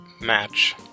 Match